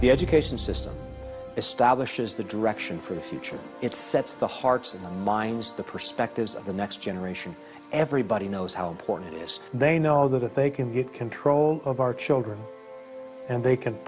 the education system establishes the direction for the future it sets the hearts and minds the perspectives of the next generation everybody knows how important they know that if they can get control of our children and they can